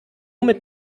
mit